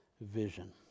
vision